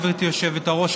גברתי היושבת-ראש,